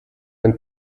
ein